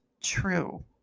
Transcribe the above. true